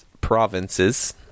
provinces